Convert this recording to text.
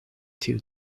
tiu